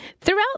Throughout